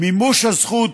מימוש הזכות